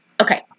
Okay